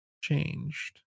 changed